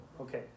Okay